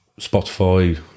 Spotify